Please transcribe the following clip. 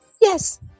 Yes